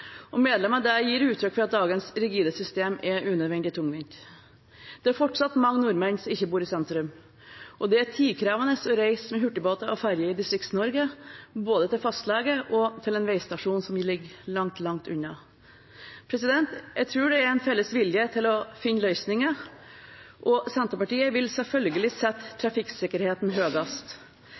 og medlemmer der gir uttrykk for at dagens rigide system er unødvendig tungvint. Det er fortsatt mange nordmenn som ikke bor sentralt. Det er tidkrevende å reise med hurtigbåter og ferger i Distrikts-Norge både til fastlege og til en trafikkstasjon som ligger langt, langt unna. Jeg tror det er en felles vilje til å finne løsninger. Senterpartiet vil selvfølgelig sette trafikksikkerheten